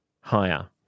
higher